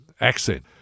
accent